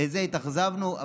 מזה התאכזבנו.